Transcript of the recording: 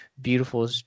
beautiful